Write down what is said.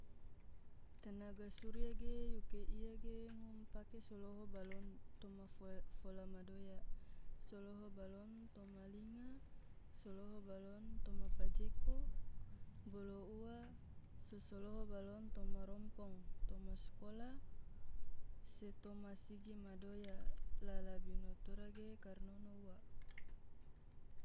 tenaga surya ge yuke iya ge ngom pake so loho balon toma foea fola madoya, so loho balon toma linga, so loho balon toma pajeko, bolo ua so soloho balon toma rompong, toma skolah, se toma sigi madoya. La labino tora ge karnono ua.